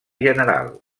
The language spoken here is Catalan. general